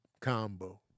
combo